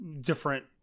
different